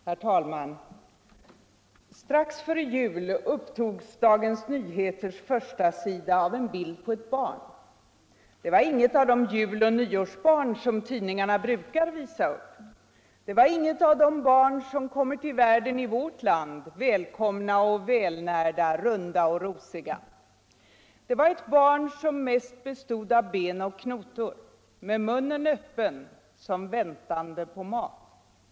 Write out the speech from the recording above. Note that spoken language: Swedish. Herr talman! Strax före jul upptogs Dagens Nyheters förstasida av en bild på ett barn. Det var inget av de juloch nyårsbarn, som tidningarna brukar visa upp. Det var inget av de barn som kommer till världen i vårt land, välkomna och välnärda, runda och rosiga. Det var ett barn som mest bestod av ben och knotor. Med munnen öppen — som väntande på mat.